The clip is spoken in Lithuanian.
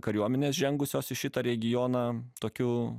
kariuomenės žengusios į šitą regioną tokių